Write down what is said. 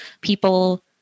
People